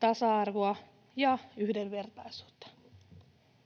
tasa-arvoa ja yhdenvertaisuutta.